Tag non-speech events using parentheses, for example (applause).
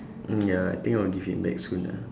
mm (noise) ya I think I'll give him back soon ah